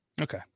Okay